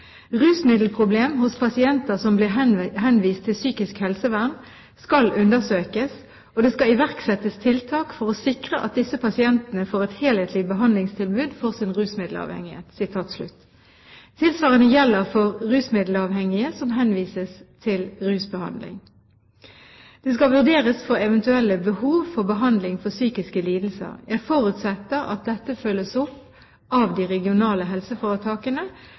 hos pasienter som blir henvist til psykisk helsevern, skal undersøkes, og det skal iverksettes tiltak for å sikre at disse pasientene får et helhetlig behandlingstilbud for sin rusmiddelavhengighet.» Tilsvarende gjelder for rusmiddelavhengige som henvises til rusbehandling. De skal vurderes for eventuelle behov for behandling for psykiske lidelser. Jeg forutsetter at dette følges opp av de regionale helseforetakene,